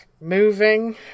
moving